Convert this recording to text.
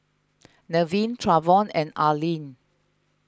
Nevin Travon and Arlene